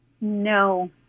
no